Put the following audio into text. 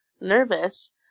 Nervous